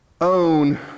own